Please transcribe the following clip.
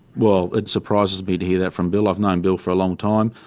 well, it surprises me to hear that from bill. i've known bill for a long time.